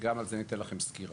גם על זה אני אתן לכם סקירה.